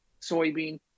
soybean